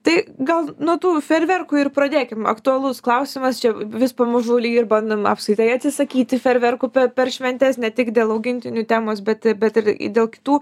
tai gal nuo tų fejerverkų ir pradėkim aktualus klausimas čia vis pamažu lyg ir bandom apskritai atsisakyti fejerverkų pe per šventes ne tik dėl augintinių temos bet bet ir dėl kitų